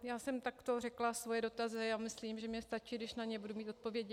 Já jsem takto řekla svoje dotazy a myslím, že mně stačí, když na ně budu mít odpovědi.